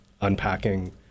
unpacking